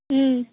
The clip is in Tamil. ம்